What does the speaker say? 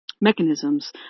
mechanisms